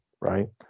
right